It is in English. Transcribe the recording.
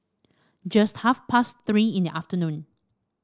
just half past Three in the afternoon